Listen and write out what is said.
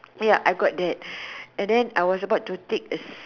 ya I got that and then I was about to take it